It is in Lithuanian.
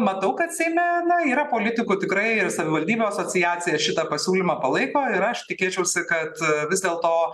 matau kad seime yra politikų tikrai ir savivaldybių asociacija šitą pasiūlymą palaiko ir aš tikėčiausi kad vis dėlto